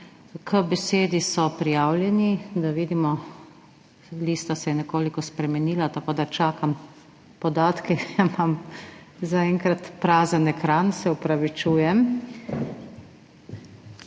K besedi so prijavljeni, da vidimo … Lista se je nekoliko spremenila, tako da čakam podatke, imam zaenkrat prazen ekran, se opravičujem.